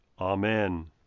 Amen